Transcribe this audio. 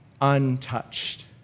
untouched